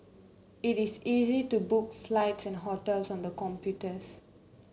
it is easy to book flights and hotels on the computers